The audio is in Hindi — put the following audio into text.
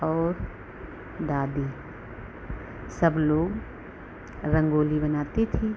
और दादी सब लोग रंगोली बनाती थी